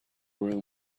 room